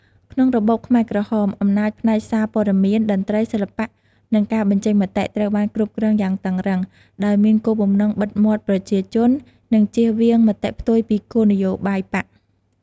ក្នុងរបបខ្មែរក្រហម អំណាចផ្នែកសារព័ត៌មាន តន្ត្រី សិល្បៈ និងការបញ្ចេញមតិ ត្រូវបានគ្រប់គ្រងយ៉ាងតឹងរឹង ដោយមានគោលបំណងបិទមាត់ប្រជាជន និងជៀសវាងមតិផ្ទុយពីគោលនយោបាយបក្ស។